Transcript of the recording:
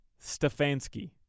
Stefanski